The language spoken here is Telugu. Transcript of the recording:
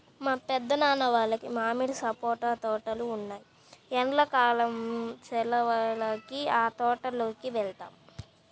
మా పెద్దనాన్న వాళ్లకి మామిడి, సపోటా తోటలు ఉన్నాయ్, ఎండ్లా కాలం సెలవులకి ఆ తోటల్లోకి వెళ్తాం